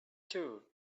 too